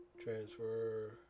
transfer